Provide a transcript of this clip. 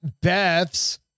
Beth's